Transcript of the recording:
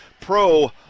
pro